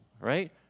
right